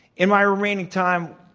in my remaining time,